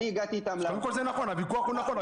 קודם כל הוויכוח הוא נכון.